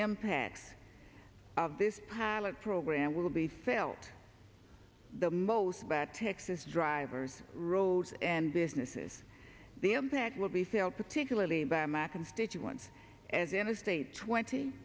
empath of this pilot program will be felt the most about texas drivers roads and businesses the impact will be sailed particularly by my constituents as interstate twenty